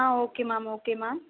ah okay ma'am okay ma'am